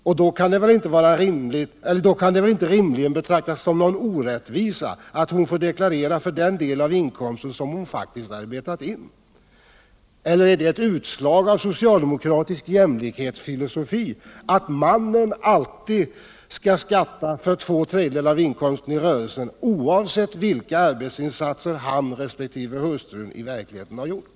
Och då kan det väl inte rimligen betraktas såsom någon orättvisa att hon får deklarera för den del av inkomsten som hon faktiskt arbetat in. Eller är det ett utslag av socialdemokratisk jämlikhetsfilosofi att mannen alltid skall skatta för två tredjedelar av inkomsten i rörelsen, oavsett vilken arbetsinsats han resp. hustrun i verkligheten gjort?